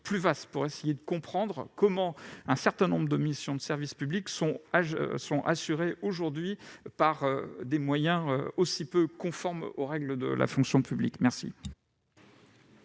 plus vaste, pour tenter de comprendre comment un certain nombre de missions de service public sont assurées, à l'heure actuelle, par des moyens aussi peu conformes aux règles de la fonction publique. Je